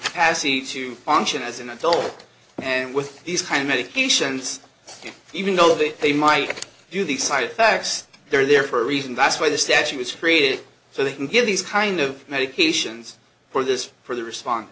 capacity to function as an adult and with these kind of medications even though that they might do these side effects they're there for a reason that's why the statue was created so they can give these kind of medications for this for the response